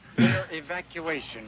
evacuation